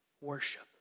worship